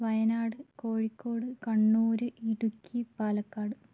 Wayanad Kozhikode Kannur Idukki Palakkad